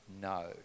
no